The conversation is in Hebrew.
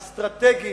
אסטרטגית,